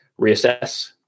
reassess